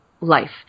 life